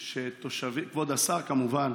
כבוד השר, כמובן,